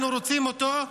אנחנו רוצים אותו,